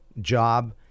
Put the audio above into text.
job